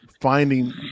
finding